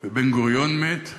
ובן-גוריון מת,